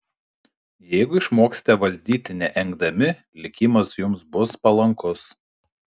jeigu išmoksite valdyti neengdami likimas jums bus palankus